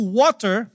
water